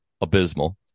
abysmal